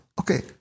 Okay